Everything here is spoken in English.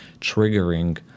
triggering